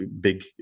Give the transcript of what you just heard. big